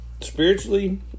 spiritually